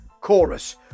Chorus